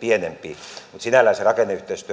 pienempi mutta sinällään siinä rakenneyhteistyön